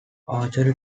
archery